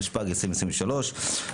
התשפ"ג-2023,